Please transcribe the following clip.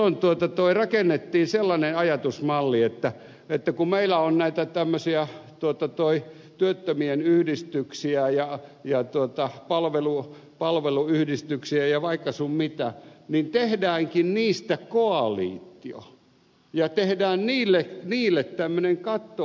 silloin rakennettiin sellainen ajatusmalli että kun meillä on näitä tämmöisiä työttömien yhdistyksiä ja palveluyhdistyksiä ja vaikka sun mitä niin tehdäänkin niistä koalitio ja tehdään niille tämmöinen katto organisaatio